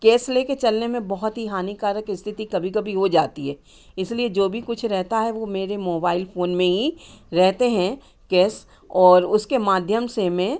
कैस लेकर चलने में बहुत ही हानिकारक स्थिति कभी कभी हो जाती है इसलिए जो भी कुछ रहता है वह मेरे मोबाइल फ़ोन में ही रहते हैं कैस और उसके माध्यम से मैं